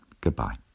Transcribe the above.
Goodbye